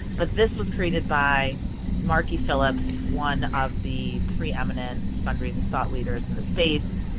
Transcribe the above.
but this was created by markey philips one of the three eminent fundraising thought leaders in the states.